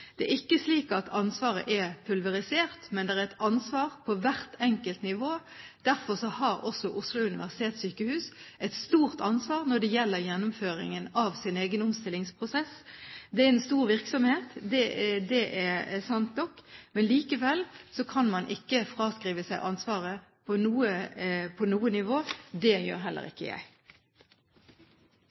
det skjer. Det er ikke slik at ansvaret er pulverisert, men det er et ansvar på hvert enkelt nivå. Derfor har også Oslo universitetssykehus et stort ansvar når det gjelder gjennomføringen av sin egen omstillingsprosess. Det er en stor virksomhet – det er sant nok – men likevel kan man ikke fraskrive seg ansvaret på noe nivå – det gjør heller ikke jeg.